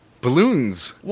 Balloons